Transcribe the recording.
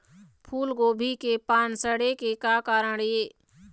फूलगोभी के पान सड़े के का कारण ये?